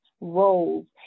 roles